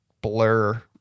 blur